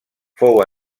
fou